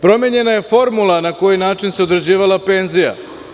Promenjena je formula na koji način se određivala penzija.